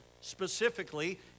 specifically